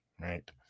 right